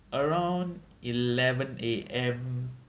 around eleven A_M